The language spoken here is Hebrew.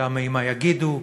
מטעמי "מה יגידו",